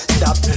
Stop